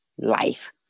life